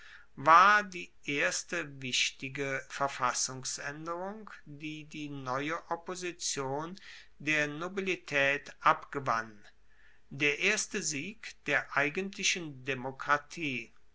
war die erste wichtige verfassungsaenderung die die neue opposition der nobilitaet abgewann der erste sieg der eigentlichen demokratie